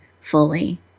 fully